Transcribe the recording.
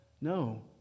No